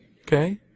Okay